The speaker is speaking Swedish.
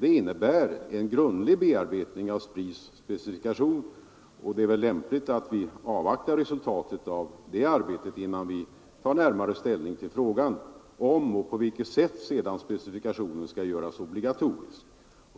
Detta innebär en grundlig bearbetning av SPRI:s specifikation, och det är väl lämpligt att vi avvaktar resultatet av det arbetet innan vi tar närmare ställning till frågan om och på vilket sätt specifikationen skall göras obligatorisk.